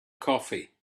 coffee